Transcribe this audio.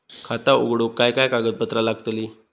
खाता उघडूक काय काय कागदपत्रा लागतली?